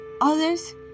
others